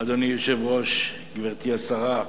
אדוני היושב-ראש, גברתי השרה,